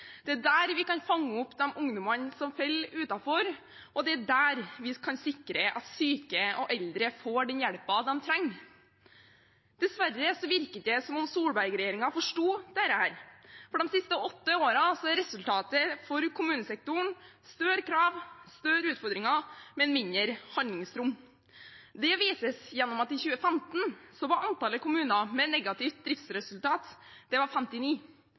Det er der vi kan fange opp de ungdommene som faller utenfor, og det er der vi kan sikre at syke og eldre får den hjelpen de trenger. Dessverre virker det ikke som om Solberg-regjeringen forsto dette, for de siste åtte årene er resultatet for kommunesektoren større krav og større utfordringer, men mindre handlingsrom. Det vises gjennom at i 2015 var antallet kommuner med negativt driftsresultat 59.